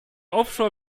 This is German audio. offshore